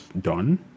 done